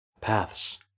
Paths